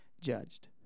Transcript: judged